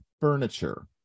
furniture